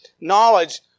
Knowledge